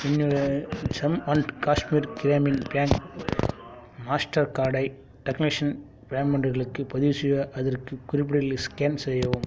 என்னுடைய Jammu and Kashmir Gramin bank master கார்டை tokenisation பேமெண்டுகளுக்கு பதிவுசெய்ய அதற்கு ஸ்கேன் செய்யவும்